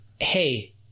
Hey